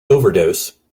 overdose